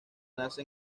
nace